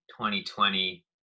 2020